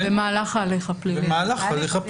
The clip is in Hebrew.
במהלך ההליך הפלילי.